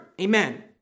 Amen